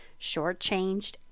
shortchanged